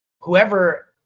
whoever